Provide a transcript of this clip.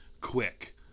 quick